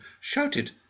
shouted